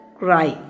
cry